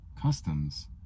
customs